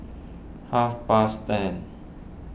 half past ten